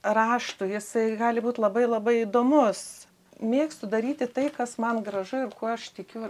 raštų jisai gali būt labai labai įdomus mėgstu daryti tai kas man gražu ir kuo aš tikiu ir